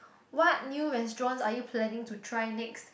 what new restaurants are you planning to try next